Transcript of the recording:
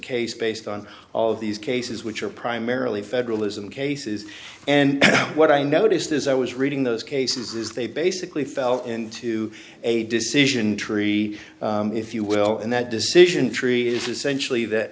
case based on all of these cases which are primarily federalism cases and what i noticed as i was reading those cases is they basically fell into a decision tree if you will and that decision tree is essentially that